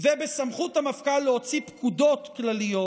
ובסמכות המפכ"ל להוציא פקודות כלליות,